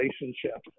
relationship